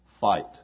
fight